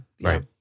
Right